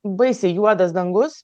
baisiai juodas dangus